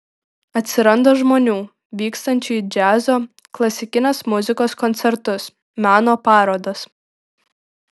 atsiranda žmonių vykstančių į džiazo klasikinės muzikos koncertus meno parodas